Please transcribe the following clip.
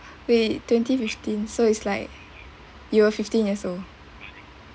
wait twenty fifteen so it's like you were fifteen years old